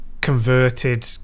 converted